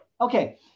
Okay